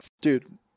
Dude